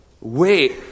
wait